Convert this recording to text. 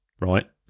right